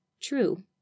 True